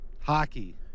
Hockey